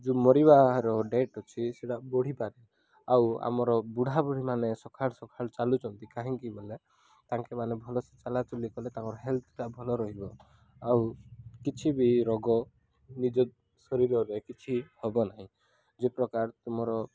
ଯେଉଁ ମରିବାର ଡେଟ୍ ଅଛି ସେଇଟା ବଢ଼ିପାରିବ ଆଉ ଆମର ବୁଢ଼ା ବୁଢ଼ୀମାନେ ସକାଳୁ ସକାଳୁ ଚାଲୁଛନ୍ତି କାହିଁକି ବଏଲେ ତାଙ୍କେ ମାନେ ଭଲସେ ଚାଲାଚୁଲି କଲେ ତାଙ୍କର ହେଲ୍ଥଟା ଭଲ ରହିବ ଆଉ କିଛି ବି ରୋଗ ନିଜ ଶରୀରରେ କିଛି ହେବ ନାହିଁ ଯେ ପ୍ରକାର ତୁମର